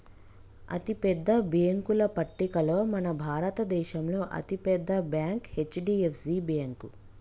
అతిపెద్ద బ్యేంకుల పట్టికలో మన భారతదేశంలో అతి పెద్ద బ్యాంక్ హెచ్.డి.ఎఫ్.సి బ్యేంకు